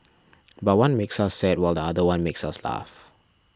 but one makes us sad while the other one makes us laugh